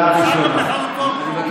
היד הזאת והפופוליזם הזול הזה לא יפה.